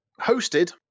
hosted